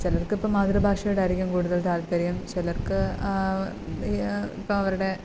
ചിലർക്കിപ്പം മാതൃഭാഷയോടായിരിക്കും കൂടുതൽ താൽപ്പര്യം ചിലർക്ക് ഇപ്പം അവരുടെ